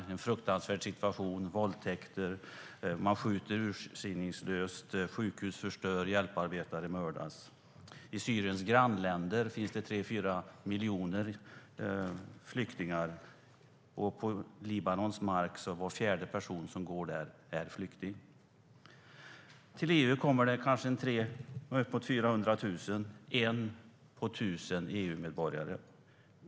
Det är en fruktansvärd situation med våldtäkter, man skjuter urskillningslöst, sjukhus förstörs och hjälparbetare mördas. I Syriens grannländer finns det 3-4 miljoner flyktingar, och var fjärde person som går på Libanons mark är flykting. Till EU kommer det kanske 300 000-400 000 flyktingar - en på tusen EU-medborgare.